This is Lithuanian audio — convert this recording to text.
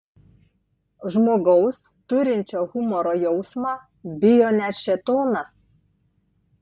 žmogaus turinčio humoro jausmą bijo net šėtonas